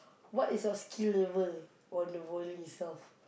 what is your skill level on the bowling itself